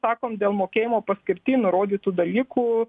sakom dėl mokėjimo paskirty nurodytų dalykų